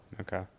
Okay